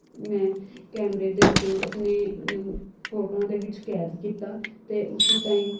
ਮੈਂ ਕੈਮਰੇ ਦੇ ਥਰੂ ਆਪਣੇ ਫੋਟੋਆਂ ਦੇ ਵਿੱਚ ਕੈਦ ਕੀਤਾ ਤੇ ਉਸ ਟਾਈਮ